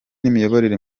n’imiyoborere